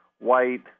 white